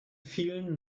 vielen